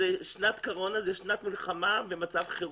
ששנת קורונה היא שנת מלחמה ומצב חירום.